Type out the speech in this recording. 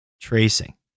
tracing